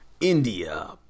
India